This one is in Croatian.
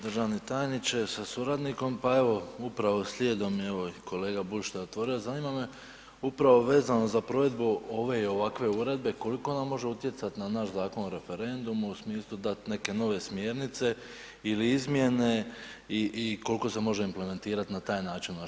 Državni tajniče sa suradnikom, pa evo upravo slijedom evo i kolega Bulj što je otvorio, zanima me upravo vezano za provedbe ove i ovakve uredbe, koliko ona može utjecati na naš Zakon o referendumu, u smislu dat neke smjernice ili izmjene i koliko se može implementirat na taj način u naše zakonodavstvo?